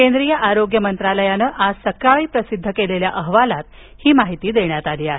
केंद्रीय आरोग्य मंत्रालयानं आज सकाळी प्रसिद्ध केलेल्या अहवालात ही माहिती देण्यात आली आहे